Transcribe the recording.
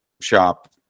shop